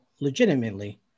legitimately